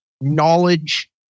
knowledge